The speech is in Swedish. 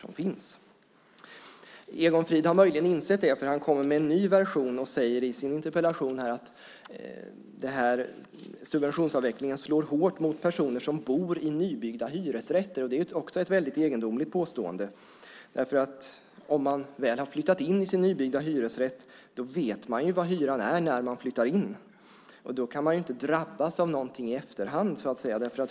Detta har Egon Frid möjligen insett eftersom han kommer med en ny version och säger i sin interpellation att subventionsavvecklingen slår hårt mot personer som bor i nybyggda hyresrätter. Också det är ett mycket egendomligt påstående. Om man väl flyttat in i sin nybyggda hyresrätt vet man vad hyran är, och då kan man inte "drabbas" av någonting i efterhand.